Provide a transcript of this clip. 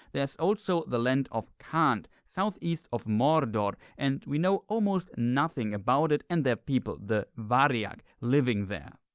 there is also the land of khand south east of mordor and we know almost nothing about it and their people, the variag, living there.